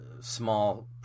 small